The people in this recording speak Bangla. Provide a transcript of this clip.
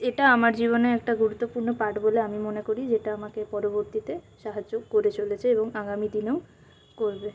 এটা আমার জীবনে একটা গুরুত্বপূর্ণ পাঠ বলে আমি মনে করি যেটা আমাকে পরবর্তীতে সাহায্য করে চলেছে এবং আগামী দিনেও করবে